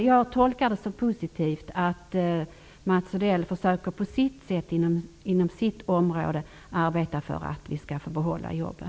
Jag tolkar det som positivt att Mats Odell försöker på sitt sätt att inom sitt område arbeta för att behålla jobben.